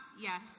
yes